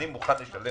אני מוכן לשלם.